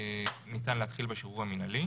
ניתן להתחיל בשחרור המינהלי.